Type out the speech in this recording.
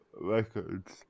records